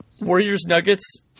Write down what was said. Warriors-Nuggets